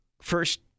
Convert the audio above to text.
first